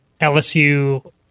LSU